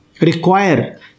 require